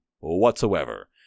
whatsoever